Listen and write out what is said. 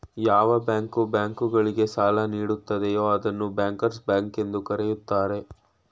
ಯಾವ ಬ್ಯಾಂಕು ಬ್ಯಾಂಕ್ ಗಳಿಗೆ ಸಾಲ ನೀಡುತ್ತದೆಯೂ ಅದನ್ನು ಬ್ಯಾಂಕರ್ಸ್ ಬ್ಯಾಂಕ್ ಎಂದು ಕರೆಯುತ್ತಾರೆ